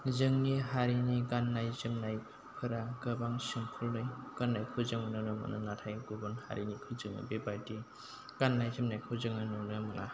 जोंनि हारिनि गाननाय जोमनायफोरा गोबां सिमफोलै गाननायखौ जों नुनो मोनो नाथाय गुबुन हारिनिखौ जों बेबायदि गाननाय जोमनायखौ जोङो नुनो मोना